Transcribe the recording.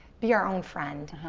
be our own friend,